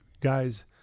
guys